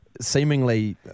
Seemingly